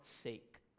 sake